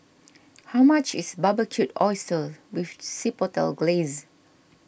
how much is Barbecued Oysters with Chipotle Glaze